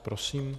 Prosím.